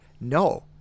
no